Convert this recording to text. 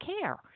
care